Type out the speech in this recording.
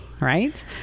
right